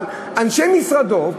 אבל אנשי משרדו,